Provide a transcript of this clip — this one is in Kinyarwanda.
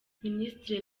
minisitiri